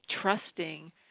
trusting